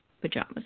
pajamas